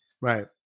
Right